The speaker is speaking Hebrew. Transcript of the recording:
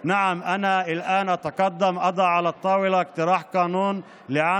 בעקבות זאת אני כרגע מקדם הנחה על שולחן הכנסת של הצעת